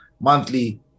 monthly